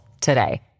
today